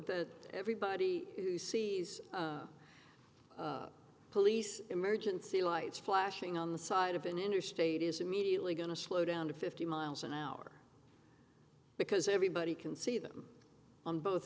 that everybody who sees police emergency lights flashing on the side of an interstate is immediately going to slow down to fifty miles an hour because everybody can see them on both